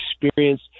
experience